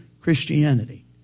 Christianity